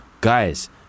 guys